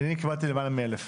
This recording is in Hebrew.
אני קיבלתי למעלה מ-1,000.